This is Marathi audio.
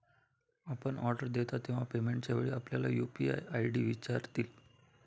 आपण ऑर्डर देता तेव्हा पेमेंटच्या वेळी आपल्याला यू.पी.आय आय.डी विचारतील